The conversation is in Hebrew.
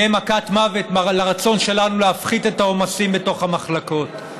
יהיה מכת מוות לרצון שלנו להפחית את העומסים בתוך המחלקות,